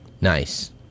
Nice